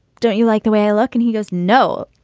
don't you like the way i look? and he goes, no,